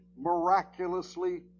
miraculously